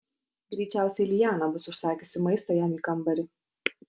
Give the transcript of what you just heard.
greičiausiai liana bus užsakiusi maisto jam į kambarį